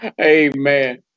Amen